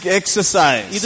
exercise